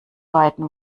beiden